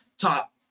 top